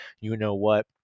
you-know-what